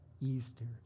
Easter